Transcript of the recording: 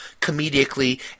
comedically